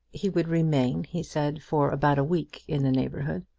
he would remain, he said, for about a week in the neighbourhood.